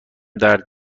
درد